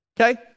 Okay